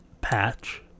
patch